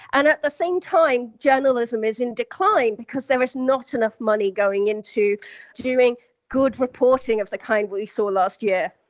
and at the same time, journalism is in decline because there is not enough money going into doing good reporting of the kind we saw last year.